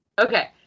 Okay